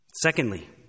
Secondly